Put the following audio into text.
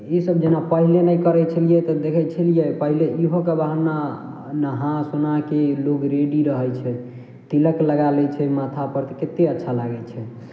ई सब जेना पहिले नहि करै छलियै तऽ देखै छलियै पहिले इहोके बहाना नाहा सोनाके लोग रेडी रहै छै तिलक लगा लै छै माथा पर तऽ कतेक अच्छा लागै छै